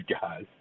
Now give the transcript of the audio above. guys